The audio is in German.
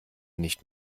nicht